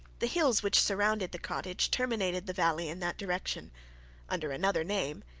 the hills which surrounded the cottage terminated the valley in that direction under another name,